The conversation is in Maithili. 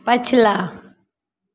पछिला